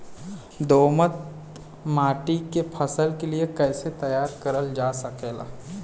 दोमट माटी के फसल के लिए कैसे तैयार करल जा सकेला?